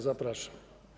Zapraszam.